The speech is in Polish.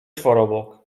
czworobok